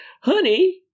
Honey